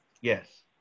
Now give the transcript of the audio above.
Yes